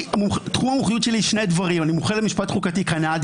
תחום המומחיות שלי הוא שני דברים: אני מומחה למשפט חוקתי קנדי